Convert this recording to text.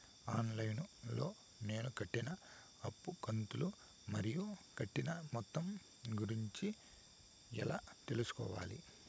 On line లో నేను కట్టిన అప్పు కంతులు మరియు కట్టిన మొత్తం గురించి ఎలా తెలుసుకోవాలి?